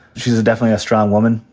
she's definitely a strong woman.